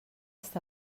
està